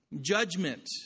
judgment